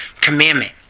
commandment